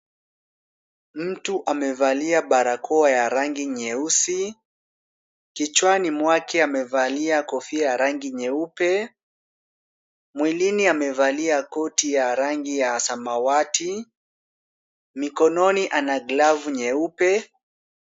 Mtu amevalia barakoa ya rangi nyeusi. Kichwani mwake amevalia kofia ya rangi nyeupe. Mwilini amevalia koti ya rangi ya samawati. Mikononi ana glavu nyeupe.